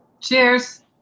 Cheers